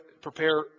prepare